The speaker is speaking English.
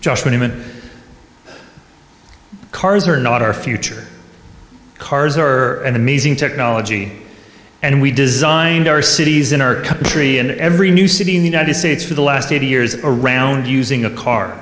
women cars are not our future cars are an amazing technology and we designed our cities in our country in every new city in the united states for the last eighty years around using a car